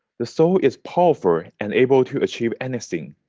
the soul is powerful and able to achieve anything.